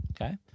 Okay